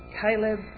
Caleb